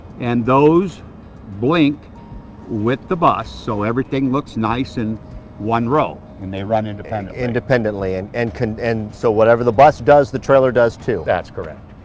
and those blink with the bus, so everything looks nice in one row and they run independently, and and can. and so whatever the bus does, the trailer does, too. that's correct.